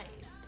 nice